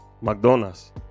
McDonald's